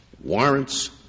warrants